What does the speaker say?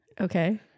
Okay